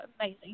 amazing